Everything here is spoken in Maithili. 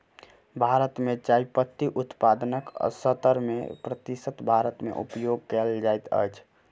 भारत मे चाय पत्ती उत्पादनक सत्तर प्रतिशत भारत मे उपयोग कयल जाइत अछि